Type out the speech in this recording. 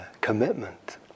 commitment